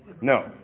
No